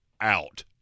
out